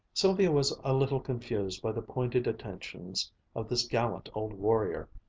sylvia was a little confused by the pointed attentions of this gallant old warrior,